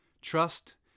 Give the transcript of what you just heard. Trust